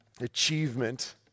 achievement